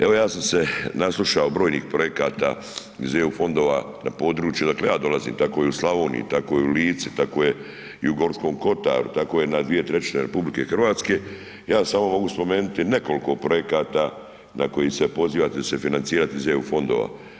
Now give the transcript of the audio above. Evo, ja sam se naslušao brojnih projekata iz EU fondova na području odakle ja dolazim, tako je i u Slavoniji, tako je i u Lici, tako je i u Gorskom Kotaru, tako je na 2/3 RH, ja samo mogu spomenuti nekoliko projekata na koji se pozivate da će se financirati iz EU fondova.